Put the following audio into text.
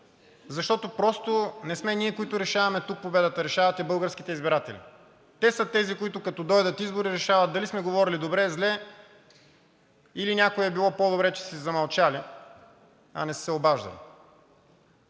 защото просто не сме ние, които решаваме тук победата, решават я българските избиратели. Те са тези, които, като дойдат избори, решават дали сме говорили добре, зле, или за някои е било по-добре, че са си замълчали, а не са се обаждали.